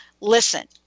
Listen